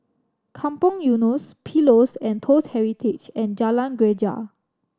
Kampong Eunos Pillows and Toast Heritage and Jalan Greja